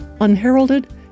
unheralded